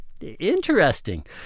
interesting